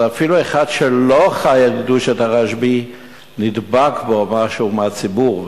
אז אפילו אחד שלא חי על קדושת הרשב"י נדבק בו משהו מהציבור.